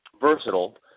versatile